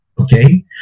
Okay